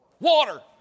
water